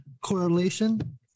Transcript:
correlation